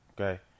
Okay